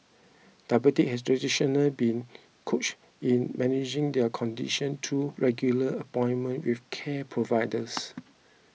diabetics have traditionally been coached in managing their condition through regular appointments with care providers